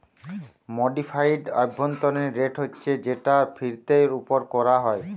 modified অভ্যন্তরীণ rate হচ্ছে যেটা ফিরতের উপর কোরা হয়